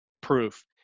proof